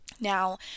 Now